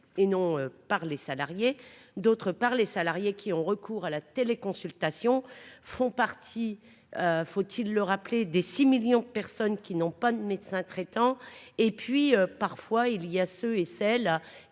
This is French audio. et non par les salariés, d'autre part, les salariés qui ont recours à la télé téléconsultation font partie, faut-il le rappeler des 6 millions de personnes qui n'ont pas de médecin traitant et puis parfois il y a ceux et celles